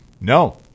No